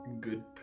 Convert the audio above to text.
good